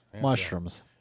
Mushrooms